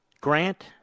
Grant